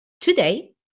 Today